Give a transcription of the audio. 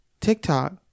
TikTok